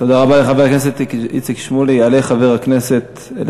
תודה רבה לחבר הכנסת איציק שמולי.